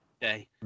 day